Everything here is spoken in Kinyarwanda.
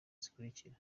zikurikira